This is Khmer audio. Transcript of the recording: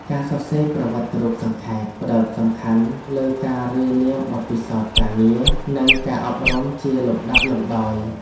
ការសរសេរប្រវត្តិរូបសង្ខេប ផ្តោតសំខាន់លើការរាយនាមបទពិសោធន៍ការងារ និងការអប់រំជាលំដាប់លំដោយ។